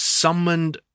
summoned